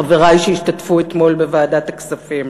חברי שהשתתפו אתמול בוועדת הכספים.